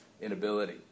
inability